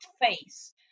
face